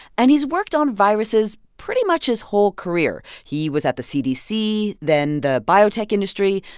and he's worked on viruses pretty much his whole career. he was at the cdc, then the biotech industry.